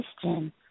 question